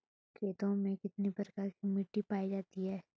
खेतों में कितने प्रकार की मिटी पायी जाती हैं?